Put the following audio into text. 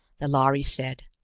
the lhari said.